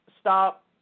stop